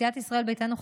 סיעת ישראל ביתנו,